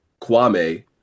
Kwame